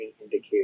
indicators